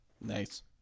Nice